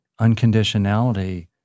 unconditionality